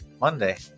Monday